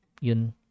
yun